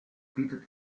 bietet